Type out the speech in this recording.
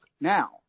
now